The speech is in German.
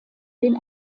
den